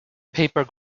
paper